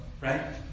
right